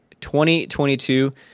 2022